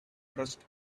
trust